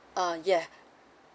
uh yeah